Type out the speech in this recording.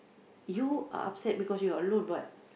you are upset because you are alone but